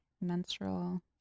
menstrual